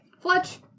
Fletch